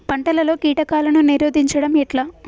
పంటలలో కీటకాలను నిరోధించడం ఎట్లా?